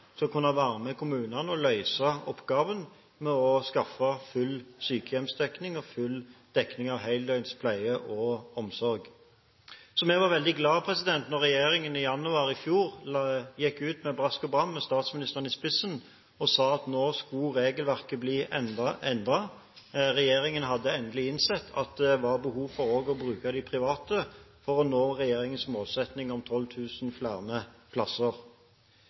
som kan være med kommunene og løse oppgaven med å skaffe full sykehjemsdekning og full dekning av heldøgnspleie og omsorg. Så vi var veldig glade da regjeringen i januar i fjor gikk ut med brask og bram, med statsministeren i spissen, og sa at nå skulle regelverket bli endret. Regjeringen hadde endelig innsett at det var behov for også å bruke de private for å nå regjeringens målsetting om 12 000 flere plasser.